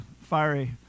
fiery